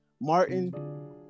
Martin